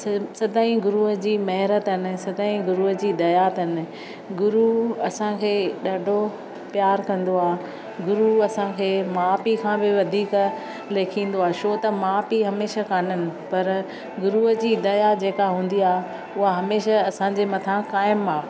स सदाईं गुरु जी महर अथनि सदाईं गुरुअ जी दया अथनि गुरु असां खे ॾाढो प्यारु कंदो आहे गुरु असां खे माउ पीउ खां बी वधीक लेखींदो आहे छो त माउ पीउ हमेशह कान्हनि पर गुरुअ जी दया जेका हूंदी आहे उहा हमेशह असां जे मथां क़ाइमु आहे